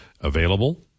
available